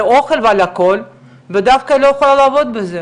האוכל ועל הכול ודווקא היא לא יכולה לעבוד בזה?